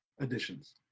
additions